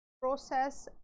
process